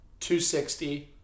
260